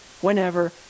whenever